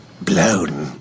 blown